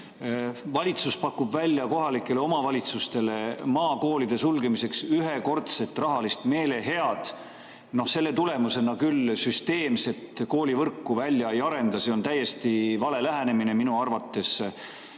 Valitsus pakub kohalikele omavalitsustele maakoolide sulgemiseks ühekordset rahalist meelehead. No [sel moel] küll süsteemset koolivõrku välja ei arenda, see on täiesti vale lähenemine minu